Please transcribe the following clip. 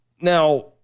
now